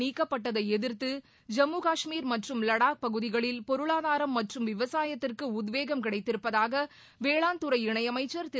நீக்கப்பட்டதை எதிர்த்து ஜம்மு காஷ்மீர் மற்றும் வடாக் பகுதிகளில் பொருளாதாரம் மற்றும் விவசாயத்திற்கு உத்தேவகம் கிடைத்திருப்பதாக வேளாண்துறை இணையமைச்ச் திரு